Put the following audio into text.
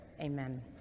amen